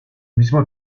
mismo